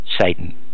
Satan